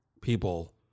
people